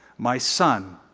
my son,